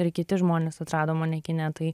ir kiti žmonės atrado mane kine tai